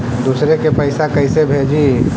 दुसरे के पैसा कैसे भेजी?